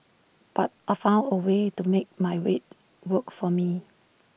but I found A way to make my weight work for me